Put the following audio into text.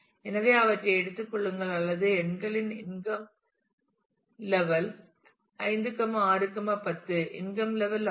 எனவே அவற்றை எடுத்துக் கொள்ளுங்கள் அல்லது எண்களின் இன்கம் லேவெல் 5 6 10 இன்கம் லேவெல் ஆகும்